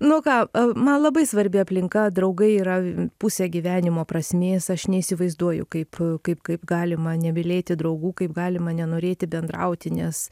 nu ką man labai svarbi aplinka draugai yra pusė gyvenimo prasmės aš neįsivaizduoju kaip kaip kaip galima nemylėti draugų kaip galima nenorėti bendrauti nes